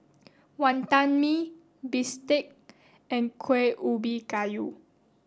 Wantan Mee Bistake and Kueh Ubi Kayu